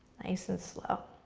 nice and slow.